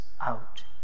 out